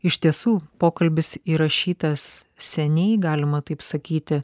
iš tiesų pokalbis įrašytas seniai galima taip sakyti